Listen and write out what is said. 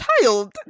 child